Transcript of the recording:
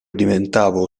diventavo